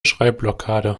schreibblockade